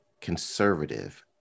conservative